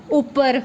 उप्पर